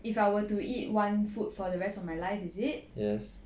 if I were to eat one food for the rest of my life is it